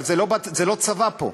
אבל זה לא צבא פה.